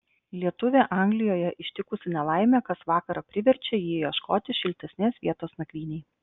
lietuvį anglijoje ištikusi nelaimė kas vakarą priverčia jį ieškoti šiltesnės vietos nakvynei